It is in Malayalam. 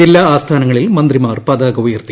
ജില്ലാ ആസ്ഥാനങ്ങളിൽ മന്ത്രിമാർ പതാക ഉയർത്തി